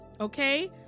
Okay